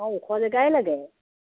অঁ ওখ জেগাই লাগে